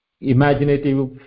imaginative